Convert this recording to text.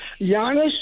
Giannis